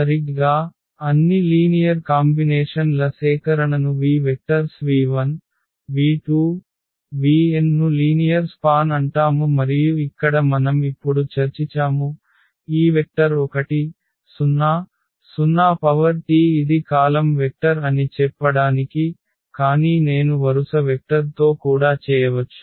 సరిగ్గా అన్ని linear combination ల సేకరణను v vectors v1 v2 vn ను లీనియర్ స్పాన్ అంటాము మరియు ఇక్కడ మనం ఇప్పుడు చర్చిచాము ఈ వెక్టర్ 100T ఇది కాలమ్ వెక్టర్ అని చెప్పడానికి కానీ నేను వరుస వెక్టర్ తో కూడా చేయవచ్చు